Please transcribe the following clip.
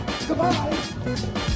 Goodbye